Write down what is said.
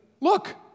look